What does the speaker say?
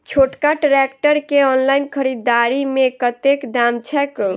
छोटका ट्रैक्टर केँ ऑनलाइन खरीददारी मे कतेक दाम छैक?